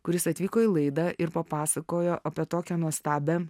kuris atvyko į laidą ir papasakojo apie tokią nuostabią